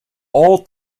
all